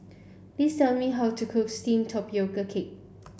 please tell me how to cook steamed tapioca cake